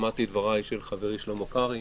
שמעתי את דבריו של חברי שלמה קרעי,